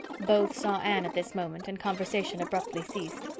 both saw anne at this moment and conversation abruptly ceased.